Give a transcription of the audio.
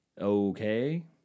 okay